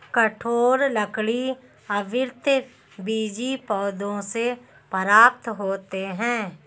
कठोर लकड़ी आवृतबीजी पौधों से प्राप्त होते हैं